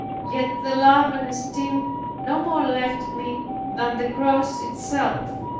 yet the love and esteem no more left me than the cross itself.